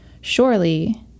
Surely